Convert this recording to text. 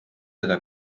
seda